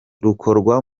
rukorwa